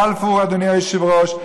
בבלפור, אדוני היושב-ראש.